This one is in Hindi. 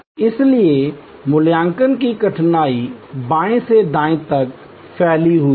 सलिए मूल्यांकन की कठिनाई बाएं से दाएं तक फैली हुई है